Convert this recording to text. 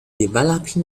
developing